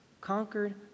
conquered